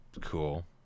cool